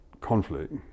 conflict